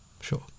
Sure